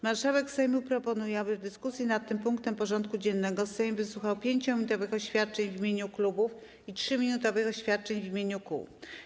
Marszałek Sejmu proponuje, aby w dyskusji nad tym punktem porządku dziennego Sejm wysłuchał 5-minutowych oświadczeń w imieniu klubów i 3-minutowych oświadczeń w imieniu kół.